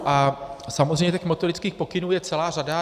A samozřejmě metodických pokynů je celá řada.